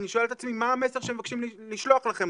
אני שואל את עצמי מה המסר שמבקשים לשלוח לכם,